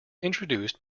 introduced